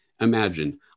imagine